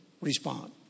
respond